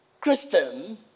Christian